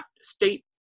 state